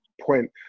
point